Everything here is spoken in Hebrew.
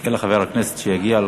נחכה לחבר הכנסת שיגיע.